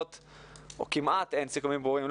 או כמעט אין סיכומים ברורים,